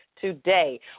today